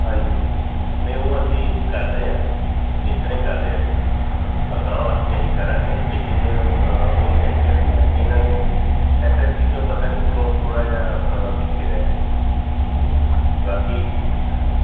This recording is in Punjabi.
ਹਾਂਜੀ ਨਹੀਂ ਉਹ ਅਸੀਂ ਕਰ ਰਹੇ ਹਾਂ ਇਸ ਤਰ੍ਹਾਂ ਹੀ ਕਰ ਰਹੇ ਹਾਂ ਅਸੀ ਅਗਾਂਹ ਵਾਸਤੇ ਅਸੀਂ ਕਰਾਂਗੇ ਲੇਕਿਨ ਹੁਣ ਇਸ ਵੇਲੇ ਨਾ ਇਹਨਾਂ ਨੇ ਐਸ ਐਸ ਟੀ 'ਚੋਂ ਪਤਾ ਨਹੀਂ ਕਿਉਂ ਥੋੜ੍ਹਾ ਜਿਹਾ ਪਿੱਛੇ ਰਹਿ ਗਏ ਅਤੇ ਬਾਕੀ ਹਾਂਜੀ